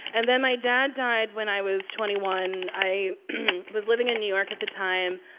and then my dad died when i was twenty one. i was living in new york at the time.